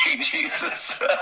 Jesus